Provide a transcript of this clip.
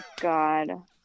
God